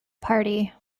party